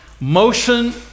motion